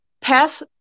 pass